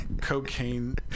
Cocaine